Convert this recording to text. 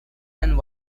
and